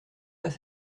pas